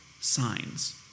signs